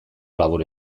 labur